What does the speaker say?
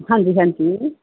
ਹਾਂਜੀ ਹਾਂਜੀ